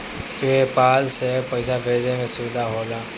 पे पाल से पइसा भेजे में सुविधा होला